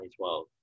2012